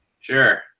Sure